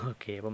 Okay